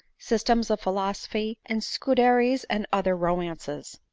systems of philosophy, and scuderi's and other romances.